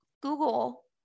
Google